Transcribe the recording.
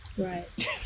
Right